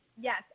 Yes